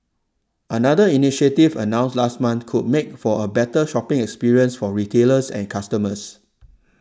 another initiative announced last month could make for a better shopping experience for retailers and customers